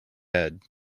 head